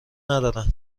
ندارن